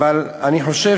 אבל אני חושב